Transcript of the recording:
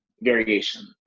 variation